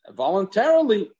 voluntarily